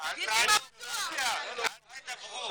אנחנו חושבים כך לגבי קנאביס.